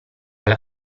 alla